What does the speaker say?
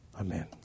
Amen